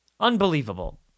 Unbelievable